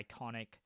iconic